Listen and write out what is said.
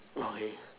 oh okay